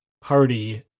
party